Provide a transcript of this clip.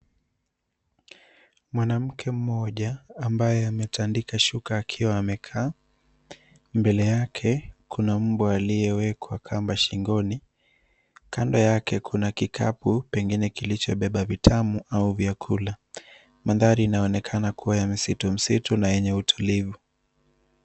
Mwanamke mmoja ambaye ametandika shuka akiwa amekaa. Mbele yake kuna mbwa aliyewekwa kamba shingoni. Kando yake kuna kikapu, pengine kilichobeba vitamu au vyakula. Mandhari inaonekana kuwa ya msitu msitu na yenye utulivu.